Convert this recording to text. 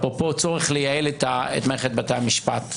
אפרופו הצורך לייעל את מערכת בתי המשפט.